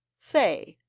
say,